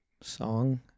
song